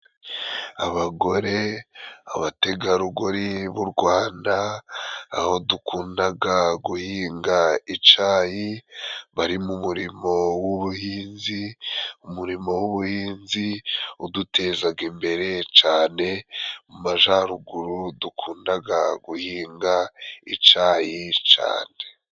Abagore, abategarugori b'u Rwanda aho dukundaga guhinga icayi, bari mu murimo w'ubuhinzi. Umurimo w'ubuhinzi udutezaga imbere cane, mu majaruguru dukundaga guhinga icayi cane.